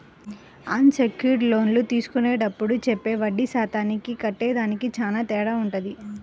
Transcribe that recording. అన్ secured లోన్లు తీసుకునేప్పుడు చెప్పే వడ్డీ శాతానికి కట్టేదానికి చానా తేడా వుంటది